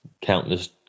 countless